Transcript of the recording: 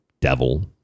devil